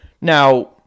Now